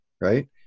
right